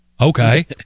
okay